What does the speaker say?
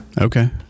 okay